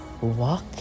walk